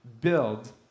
build